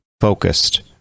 focused